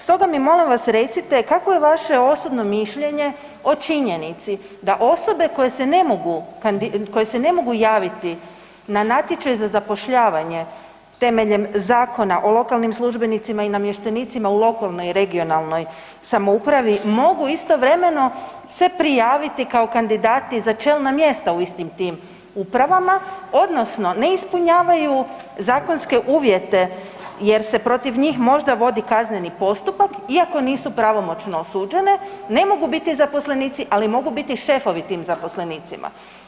Stoga mi molim vas recite, kakvo je vaše osobno mišljenje o činjenice da osobe koje se ne mogu javiti na natječaj za zapošljavanje temeljem Zakona o lokalnim službenicima i namještenicima u lokalnoj i regionalnoj samoupravi mogu istovremeno se prijaviti kao kandidati za čelna mjesta u istim tim upravama odnosno ne ispunjavaju zakonske uvjete jer se protiv njih možda vodi kazneni postupak iako nisu pravomoćno osuđene ne mogu biti zaposlenici, ali mogu biti šefovi tim zaposlenicima.